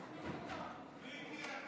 מכלוף